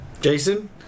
Jason